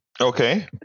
okay